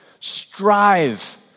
strive